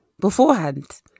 beforehand